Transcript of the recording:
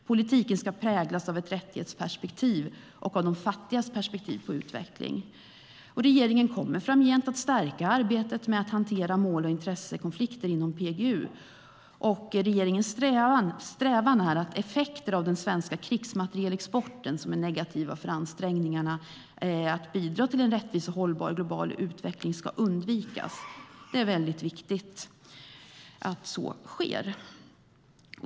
Politiken ska präglas av ett rättighetsperspektiv och av de fattigas perspektiv på utveckling. Regeringen kommer framgent att stärka arbetet med att hantera mål och intressekonflikter inom PGU. Regeringens strävan är att effekter av den svenska krigsmaterielexporten som är negativa för ansträngningarna att bidra till en rättvis och hållbar global utveckling ska undvikas. Det är viktigt och välkommet att så sker.